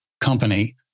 company